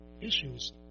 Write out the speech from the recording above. issues